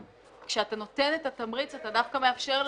כשאתה נותן את התמריץ אתה דווקא מאפשר למישהו,